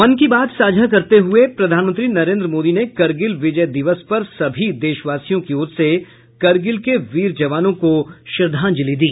मन की बात साझा करते हुये प्रधानमंत्री नरेन्द्र मोदी ने करगिल विजय दिवस पर सभी देशवासियों की ओर से करगिल के वीर जवानों को श्रद्धांजलि दी